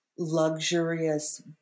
Luxurious